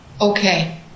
Okay